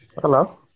Hello